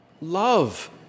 Love